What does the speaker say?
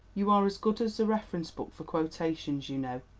you are as good as a reference book for quotations, you know.